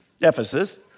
Ephesus